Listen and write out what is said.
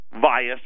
via